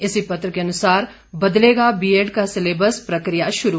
इसी पत्र के अनुसार बदलेगा बीएड का सिलेबस प्रक्रिया शुरू